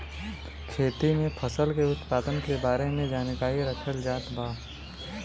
खेती में फसल के उत्पादन के बारे में जानकरी रखल जात बा